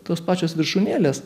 tos pačios viršūnėlės